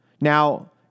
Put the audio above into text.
Now